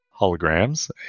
holograms